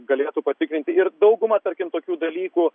galėtų patikrinti ir dauguma tarkim tokių dalykų